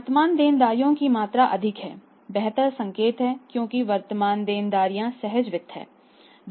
वर्तमान देनदारियों की मात्रा अधिक है बेहतर संकेत है क्योंकि वर्तमान देनदारियां सहज वित्त हैं